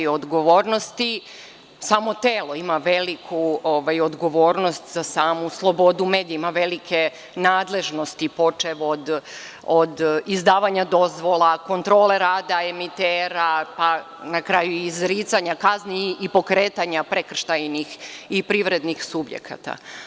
Samo telo ima veliku odgovornost za samu slobodu u medijima, velike nadležnosti, počev od izdavanja dozvola, kontrole rada emitera, pa na kraju i izricanja kazni i pokretanja prekršajnih i privrednih subjekata.